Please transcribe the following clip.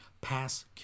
pass